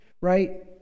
right